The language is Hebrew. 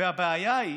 והבעיה היא